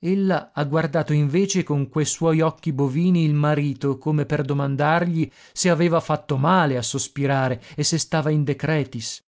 ella ha guardato invece con que suoi occhi bovini il marito come per domandargli se aveva fatto male a sospirare e se stava in decretis